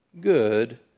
good